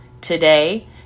Today